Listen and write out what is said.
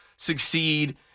succeed